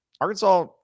Arkansas